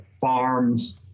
farms